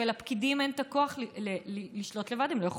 הם לא היו.